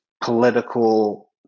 political